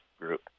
group